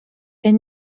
est